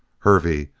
hervey,